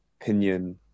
opinion